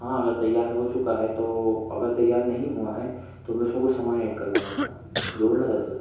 हाँ अगर तैयार हो चुका है तो अगर तैयार नहीं हुआ है तो मैं उसमें कुछ समान ऐड करवाना था जोड़ना था सर